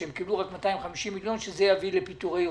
שהם קיבלו רק 250 מיליון ושזה יביא לפיטורי עובדים,